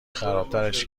خرابترش